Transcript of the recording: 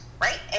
right